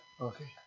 Okay